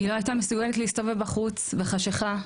היא לא הייתה מסוגלת להסתובב בחוץ בחשכה.